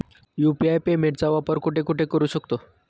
UPI पेमेंटचा वापर कुठे कुठे करू शकतो?